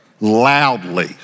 loudly